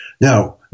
Now